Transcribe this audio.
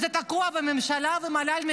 הבוחרים של בן גביר בחרו בו יותר ממך.